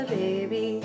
baby